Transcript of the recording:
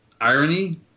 irony